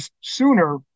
sooner